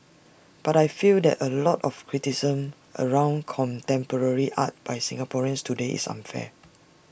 but I feel that A lot of the criticism around contemporary art by Singaporeans today is unfair